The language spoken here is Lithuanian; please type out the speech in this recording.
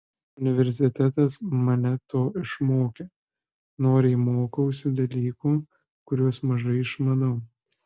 universitetas mane to išmokė noriai mokausi dalykų kuriuos mažai išmanau